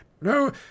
no